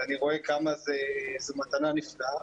ואני רואה כמה זו מתנה נפלאה,